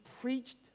preached